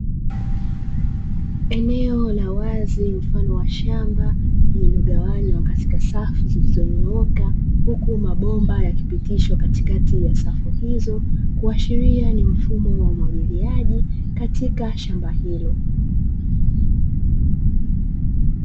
Eneo la wazi mfano wa shamba liliogawanywa katika safu zilizonyooka, huku mabomba yakipitishwa katikati ya safu hizo, kuashiria ni mfumo wa umwagiliaji katika shamba hilo .